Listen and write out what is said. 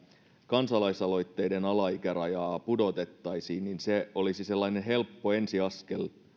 kansalaisaloitteiden alaikärajaa pudotettaisiin se olisi sellainen helppo ensi askel